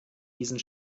diesen